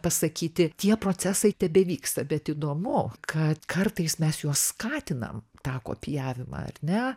pasakyti tie procesai tebevyksta bet įdomu kad kartais mes juos skatinam tą kopijavimą ar ne